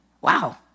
Wow